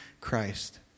Christ